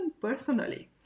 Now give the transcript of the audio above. personally